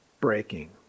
breaking